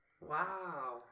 Wow